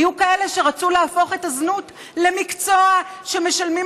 היו כאלה שרצו להפוך את הזנות למקצוע שמשלמים